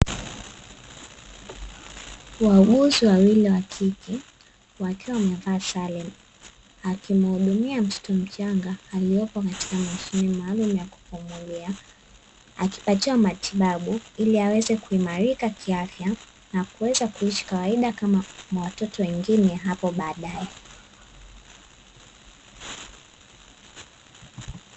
Wauguzi wawili wa kike wakiwa wamevaa sare akimhudumia mtoto mchanga alioko katika mashine maalumu ya kupumulia, akipatiwa matibabu ili aweze kuimarika kiafya na kuweza kuishi kawaida kama watoto wengine hapo baadaye.